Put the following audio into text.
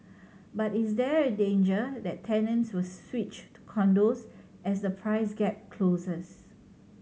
but is there a danger that tenants will switch to condos as the price gap closes